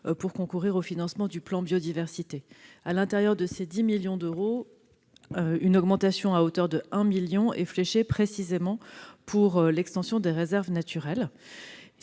pour concourir au financement du plan Biodiversité. À l'intérieur de ces 10 millions d'euros, une augmentation à hauteur de un million d'euros est fléchée pour l'extension des réserves naturelles.